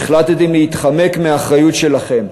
החלטתם להתחמק מהאחריות שלכם,